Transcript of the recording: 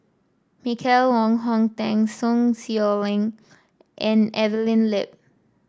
Michael Wong Hong Teng Sun Xueling and Evelyn Lip